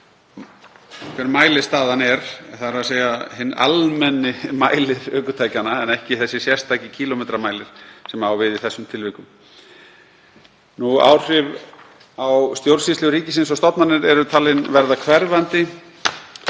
hver mælistaðan er, þ.e. hinn almenna mæli ökutækjanna en ekki hinn sérstaka kílómetramæli sem á við í þessum tilvikum. Áhrif á stjórnsýslu ríkisins og stofnanir eru talin verða hverfandi